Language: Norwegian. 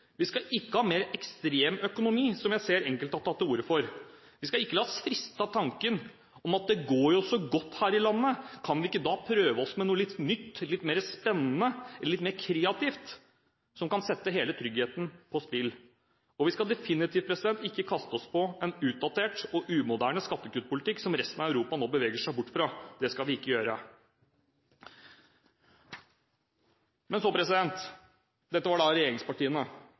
Vi skal ikke ha en mer «ekstrem» økonomi, som jeg ser enkelte har tatt til orde for. Vi skal ikke la oss friste av den tanken at det går jo så godt her i landet, så kan vi ikke da prøve oss med noe nytt, litt mer spennende, litt mer kreativt – som kan sette hele tryggheten på spill. Og vi skal definitivt ikke kaste oss på en utdatert og umoderne skattekuttpolitikk, som resten av Europa nå beveger seg bort fra. Det skal vi ikke gjøre. Dette var regjeringspartiene